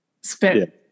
spent